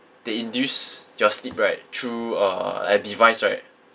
they induce your sleep right through a like a device right